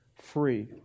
free